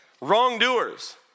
Wrongdoers